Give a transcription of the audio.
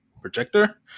projector